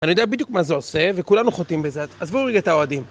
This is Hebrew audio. אני יודע בדיוק מה זה עושה, וכולנו חותים בזה, עזבו רגע את האוהדים...